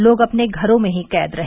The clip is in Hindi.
लोग अपने घरों में ही कैद रहे